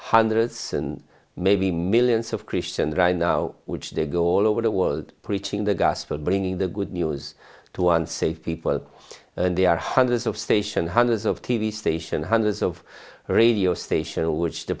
hundreds and maybe millions of christians right now which they go all over the world preaching the gospel bringing the good news to unsafe people and they are hundreds of station hundreds of t v station hundreds of radio station which the